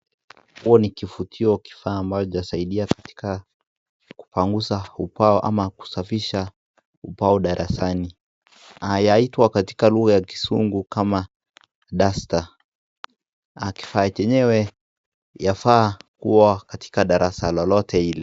Hiki ni kifutio, kifaa ambayo inasaidia katika kupanguza ubao ama kushafisha ubao darasani. Yaitwa katika lugha ya kisungu kama duster , kifaa chenyewe, yafaa kuwa katika darasa lolote ile.